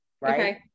right